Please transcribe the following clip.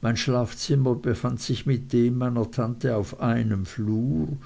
mein schlafzimmer befand sich mit dem meiner tante auf einem flur